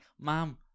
Mom